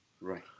Right